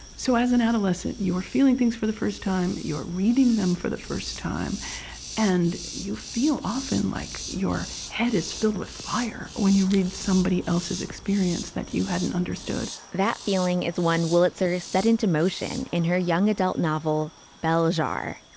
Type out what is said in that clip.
so as an adolescent you are feeling things for the first time you're reading them for the first time and you feel often like your head is filled with fire when you read somebody else's experience that you hadn't understood that feeling is one wolitzer is set into motion in her young adult novel bell jar.